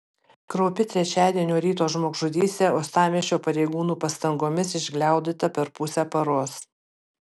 kraupi trečiadienio ryto žmogžudystė uostamiesčio pareigūnų pastangomis išgliaudyta per pusę paros